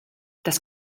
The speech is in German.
das